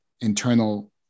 internal